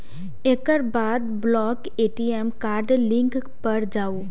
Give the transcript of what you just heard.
एकर बाद block ATM card link पर जाउ